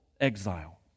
exile